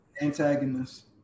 antagonist